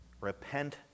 Repent